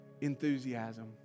enthusiasm